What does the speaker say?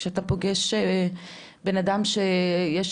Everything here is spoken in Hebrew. כשאתה פוגש בן אדם שיש